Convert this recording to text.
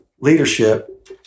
leadership